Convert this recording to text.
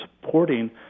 supporting